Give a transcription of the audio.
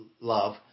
love